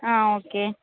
ஆ okay